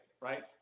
Right